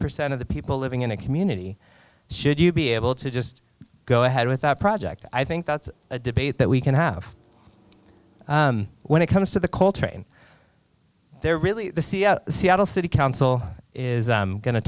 percent of the people living in a community should you be able to just go ahead with that project i think that's a debate that we can have when it comes to the coal train they're really the seattle city council is going to